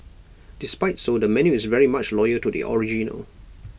despite so the menu is very much loyal to the original